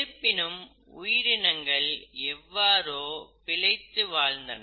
இருப்பினும் உயிரினங்கள் எவ்வாறோ பிழைத்து வாழ்ந்தன